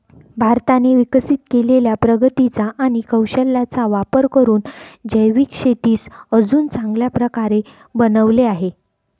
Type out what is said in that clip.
भारताने विकसित केलेल्या प्रगतीचा आणि कौशल्याचा वापर करून जैविक शेतीस अजून चांगल्या प्रकारे बनवले आहे